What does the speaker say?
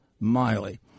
Miley